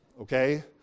Okay